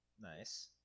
Nice